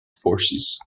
forces